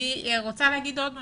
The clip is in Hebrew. אני רוצה לומר עוד משהו.